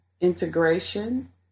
integration